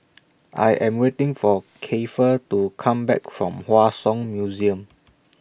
I Am waiting For Keifer to Come Back from Hua Song Museum